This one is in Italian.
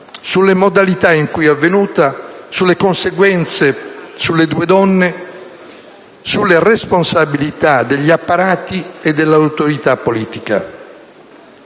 sulle modalità con cui è avvenuta; sulle conseguenze sulle due donne; sulle responsabilità degli apparati e dell'autorità politica.